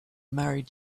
married